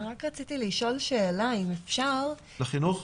אני רק רציתי לשאול שאלה, אם אפשר, לחינוך.